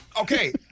okay